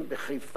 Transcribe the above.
בחיפה,